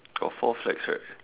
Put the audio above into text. got four flags right